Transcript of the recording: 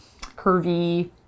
curvy